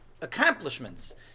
accomplishments